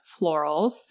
Florals